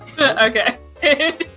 Okay